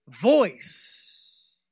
voice